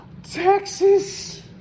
Texas